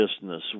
business